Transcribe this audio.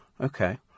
Okay